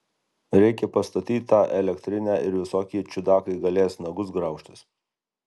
reikia pastatyt tą elektrinę ir visokie čiudakai galės nagus graužtis